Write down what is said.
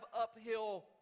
uphill